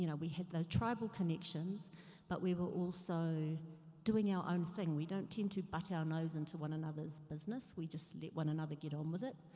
you know we had the tribal connections but we were also doing our own thing. we don't tend to butt our nose into one another's business. we just let one another get on with it.